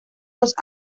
los